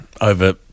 over